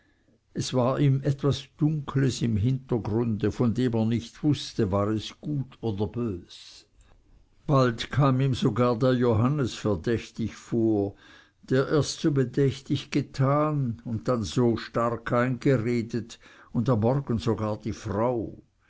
es war ihm etwas dunkles im hintergrunde von dem er nicht wußte war es gut oder bös bald kam ihm sogar der johannes verdächtig vor der erst so bedächtig getan und dann so stark eingeredet und am morgen sogar die frau